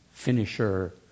finisher